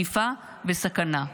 תקיפה וסכנה,